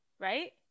Right